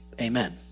Amen